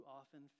often